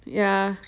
ya